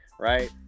right